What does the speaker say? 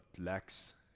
lacks